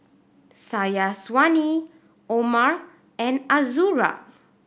Syazwani Omar and Azura